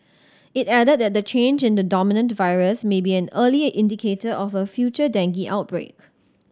it added that the change in the dominant virus may be an early indicator of a future dengue outbreak